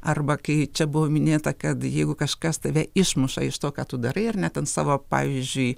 arba kai čia buvo minėta kad jeigu kažkas tave išmuša iš to ką tu darai ar ne ten savo pavyzdžiui